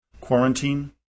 quarantine